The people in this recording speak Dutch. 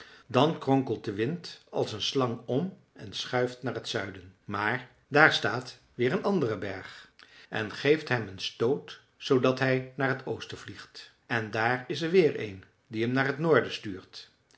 dan kronkelt de wind als een slang om en schuift naar het zuiden maar daar staat weer een andere berg en geeft hem een stoot zoodat hij naar t oosten vliegt en daar is er weer een die hem naar t noorden stuurt